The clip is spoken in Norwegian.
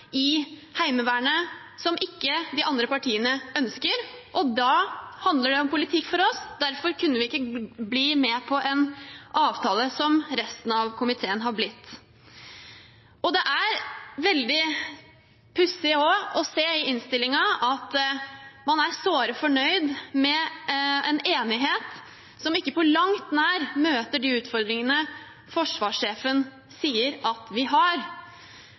i Heimevernet – som ikke de andre partiene ønsker. Da handler det om politikk for oss, og derfor kunne vi ikke bli med på en avtale som resten av komiteen har blitt med på. Det er også veldig pussig å se i innstillingen at man er såre fornøyd med en enighet som på langt nær møter de utfordringene forsvarssjefen sier vi har.